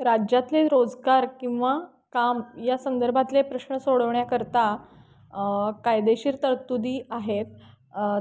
राज्यातले रोजगार किंवा काम या संदर्भातले प्रश्न सोडवण्याकरता कायदेशीर तरतुदी आहेत